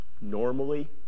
normally